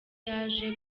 yaje